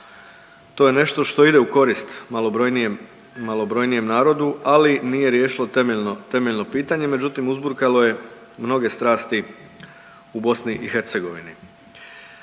to je nešto što ide u korist malobrojnijem, malobrojnijem narodu, ali nije riješilo temeljno, temeljno pitanje, međutim uzburkalo je mnoge strasti u BiH. Treća